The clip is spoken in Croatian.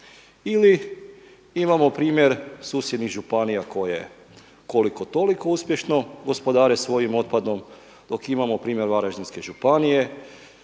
Ili imamo primjer susjednih županija koje koliko toliko uspješno gospodare svojim otpadom, dok imamo primjer Varaždinske županije,